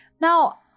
Now